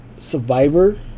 survivor